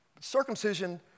Circumcision